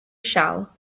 shell